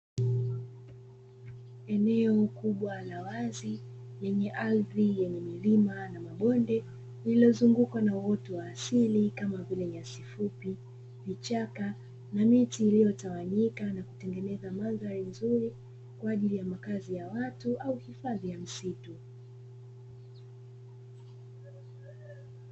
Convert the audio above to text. Eneo kubwa la wazi lenye ardhi yenye milima na mabonde lililozungukwa na uoto wa asili kama vile nyasi fupi, vichaka na miti iliyotawanyika na kutengeneza mandhari nzuri kwa ajili ya makazi ya watu au hifadhi ya msitu.